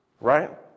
right